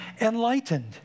enlightened